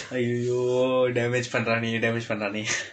!aiyoyo! damage பண்றானே:panraanee damage பண்றானே:panraanee